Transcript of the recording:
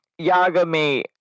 Yagami